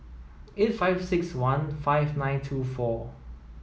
eight five six one five nine two four